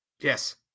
Yes